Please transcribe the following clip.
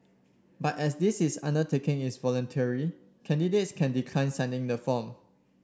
but as this is undertaking is voluntary candidates can decline signing the form